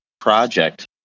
project